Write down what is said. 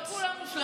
לא כולם מושלמים.